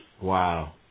Wow